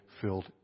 filled